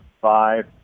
five